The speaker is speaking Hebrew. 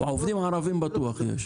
עובדים ערבים בטוח יש.